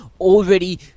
already